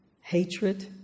hatred